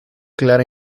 clara